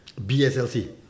BSLC